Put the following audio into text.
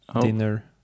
dinner